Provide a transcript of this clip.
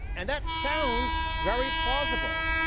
and that sounds very plausible.